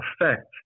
effect